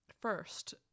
first